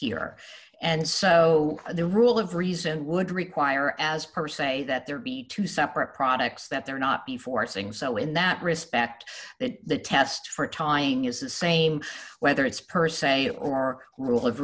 here and so the rule of reason would require as per se that there be two separate products that there not be forcing so in that respect that the test for tying is the same whether it's per se or our rule of